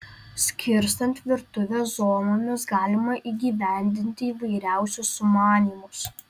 skirstant virtuvę zonomis galima įgyvendinti įvairiausius sumanymus